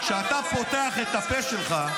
כשאתה פותח את הפה שלך,